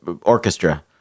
Orchestra